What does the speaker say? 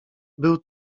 był